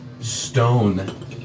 stone